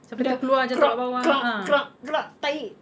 sampai terkeluar jatuh kat bawah ah